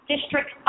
District